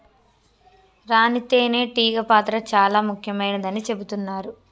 రాణి తేనే టీగ పాత్ర చాల ముఖ్యమైనదని చెబుతున్నరు